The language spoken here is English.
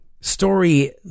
story